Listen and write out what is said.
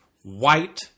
white